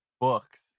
books